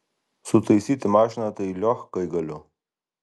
sutaisyti mašiną tai liochkai galiu